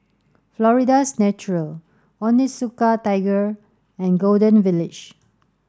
Florida's Natural Onitsuka Tiger and Golden Village